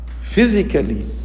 physically